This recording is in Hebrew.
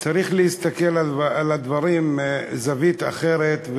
צריך להסתכל על הדברים מזווית אחרת,